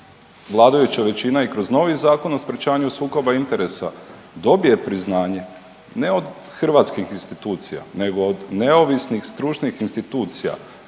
vladajuća većina i kroz novi Zakon o sprječavanju sukoba interesa dobije priznanje, ne od hrvatskih institucija, nego od neovisnih stručnih institucija